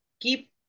Keep